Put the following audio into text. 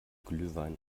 glühwein